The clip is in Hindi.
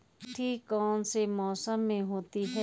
गेंठी कौन से मौसम में होती है?